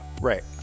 Right